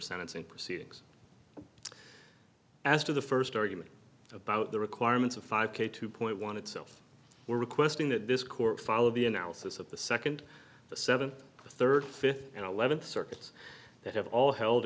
sentencing proceedings as to the first argument about the requirements of five k two point one itself we're requesting that this court follow the analysis of the second the seventh thirty fifth and eleventh circuits that have all held